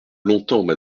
longtemps